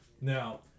Now